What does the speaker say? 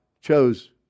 chose